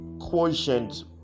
quotient